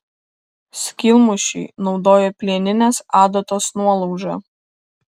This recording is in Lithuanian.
skylmušiui naudojo plieninės adatos nuolaužą